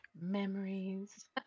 Memories